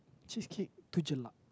cheesecake too jelak